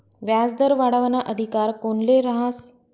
व्याजदर वाढावाना अधिकार कोनले रहास?